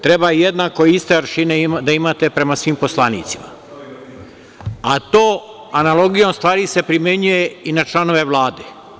Treba jednake i iste aršine imati prema svim poslanicima, a to analogijom stvari se primenjuje i na članove Vlade.